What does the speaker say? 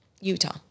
Utah